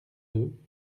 deux